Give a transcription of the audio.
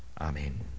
Amen